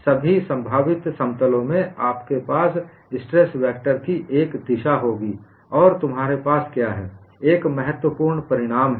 मान लीजिए कि आप नमूने की एक सीमा पर एक बिंदु ले रहे हैं और यह एक मुक्त सतह है तो आप एक ऐसे समतल की पहचान करने में सक्षम होंगे जिसे मुक्त रूप में परिभाषित किया गया है